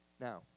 Now